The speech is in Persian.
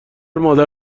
مادر